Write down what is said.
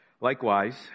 Likewise